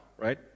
right